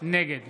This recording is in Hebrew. נגד